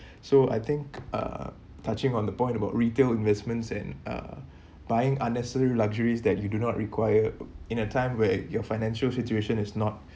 so I think uh touching on the point about retail investments and uh buying unnecessary luxuries that you do not require in a time where your financial situation is not